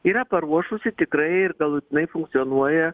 yra paruošusi tikrai ir galutinai funkcionuoja